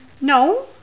No